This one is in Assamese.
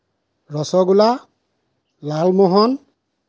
ৰসগোল্লা লালমোহন